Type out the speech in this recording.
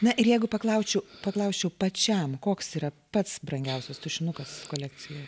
na ir jeigu paklausčiau paklausčiau pačiam koks yra pats brangiausias tušinukas kolekcijoj